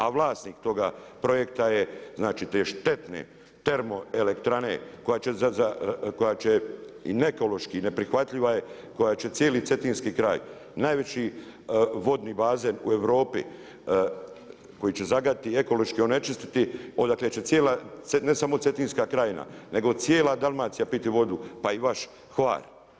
A vlasnik toga projekta je znači te štete termoelektrane, koja će i ne ekološki i neprihvatljiva je, koja će cijeli Cetinski kraj, najveći vodni bazen u Europi, koji će zagaditi, ekološki onečistiti, odakle će cijela, ne samo Cetinska krajina, nego cijela Dalmacija piti vodu, pa i vaš Hvar.